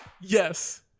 Yes